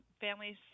Families